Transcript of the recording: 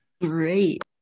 Great